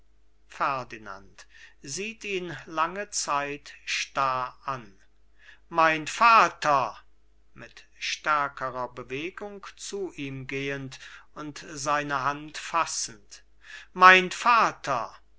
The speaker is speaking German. ferdinand sieht ihn lange zeit starr an mein vater mit stärkerer bewegung zu ihm gehend und seine hand fassend mein vater